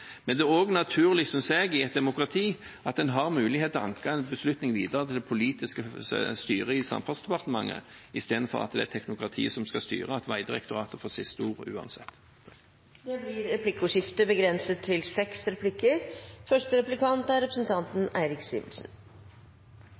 Men det er også naturlig, synes jeg, i et demokrati at en har mulighet til å anke en beslutning videre til det politiske styret i Samferdselsdepartementet, istedenfor at det er et teknokrati som skal styre, og at Vegdirektoratet får siste ordet uansett. Det blir replikkordskifte. Mitt spørsmål til